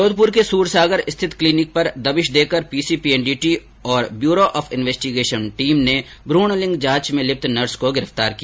जोधपुर के सूरसागर स्थित क्लिनिक पर दबिश देकर पीसीपीएनडीटी और ब्यूरो ऑफ इंवेस्टिगेशन टीम ने भ्रण लिंग जांच में लिप्त नर्स को गिरफ्तार किया